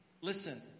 Listen